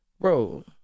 bro